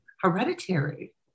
hereditary